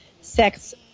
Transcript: sex